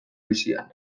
bizian